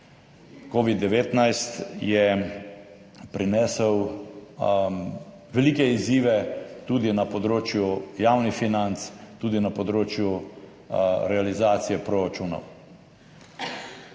Covid-19 je prinesel velike izzive tudi na področju javnih financ, tudi na področju realizacije proračunov.